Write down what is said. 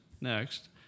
next